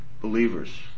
believers